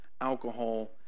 alcohol